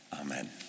amen